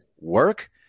work